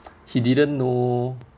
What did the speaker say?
he didn't know